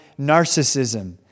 narcissism